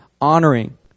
honoring